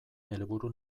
helburu